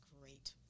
great